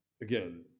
Again